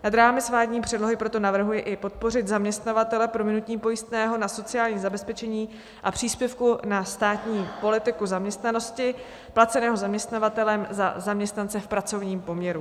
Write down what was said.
Nad rámec vládní předlohy proto navrhuji i podpořit zaměstnavatele prominutím pojistného na sociální zabezpečení a příspěvku na státní politiku zaměstnanosti placeného zaměstnavatelem za zaměstnance v pracovním poměru.